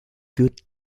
good